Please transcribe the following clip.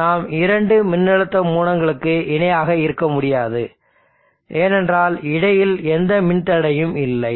நாம் இரண்டு மின்னழுத்த மூலங்களுக்கு இணையாக இருக்க முடியாது ஏனென்றால் இடையில் எந்த மின்தடையும் இல்லை